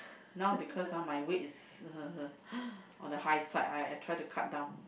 now because uh my weight is on the high side I I try to cut down